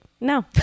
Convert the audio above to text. no